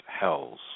hells